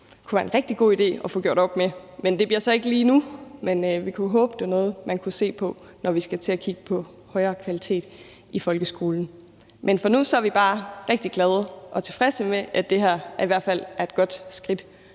det kunne være en rigtig god idé at få gjort op med. Det bliver så ikke lige nu, men vi håber, det er noget, man kunne se på, når vi skal til at kigge på højere kvalitet i folkeskolen. Men for nu er vi bare rigtig glade og tilfredse med, at det her i hvert fald er et godt skridt